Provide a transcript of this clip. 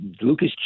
Lucas